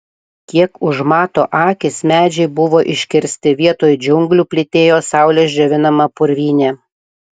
kiek užmato akys medžiai buvo iškirsti vietoj džiunglių plytėjo saulės džiovinama purvynė